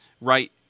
right